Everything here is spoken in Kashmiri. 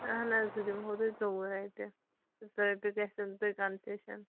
اَہَن حظ بہٕ دِمہٕ ہو تۄہہِ ژوٚوُہ رۄپیہِ زٕ رۄپیہِ گژھن تۄہہِ کَنسیشَن